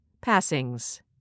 Passings